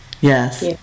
Yes